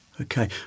Okay